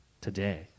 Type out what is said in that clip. today